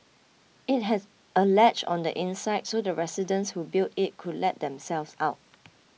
it had a latch on the inside so the residents who built it could let themselves out